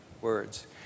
words